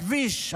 הכביש,